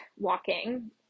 walking